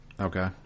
Okay